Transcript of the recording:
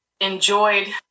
enjoyed